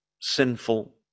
sinful